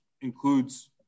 includes